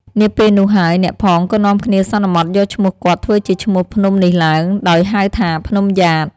នាពេលនោះហើយអ្នកផងក៏នាំគ្នាសន្មត់យកឈ្មោះគាត់ធ្វើជាឈ្មោះភ្នំនេះឡើង ដោយហៅថា ភ្នំយ៉ាត។